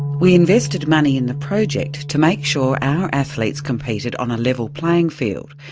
we invested money in the project to make sure our athletes competed on a level playing field,